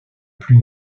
plus